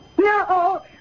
No